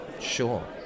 Sure